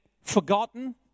forgotten